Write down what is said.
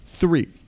Three